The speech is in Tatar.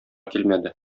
килмәде